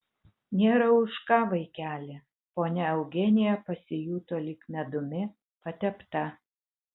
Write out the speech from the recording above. nėra už ką vaikeli ponia eugenija pasijuto lyg medumi patepta